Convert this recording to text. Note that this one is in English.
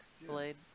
blade